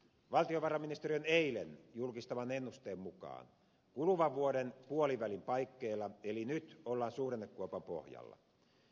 valtiovarainministeriön eilen julkistaman ennusteen mukaan kuluvan vuoden puolivälin paikkeilla eli nyt ollaan suhdannekuopan pohjalla